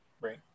Right